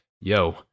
yo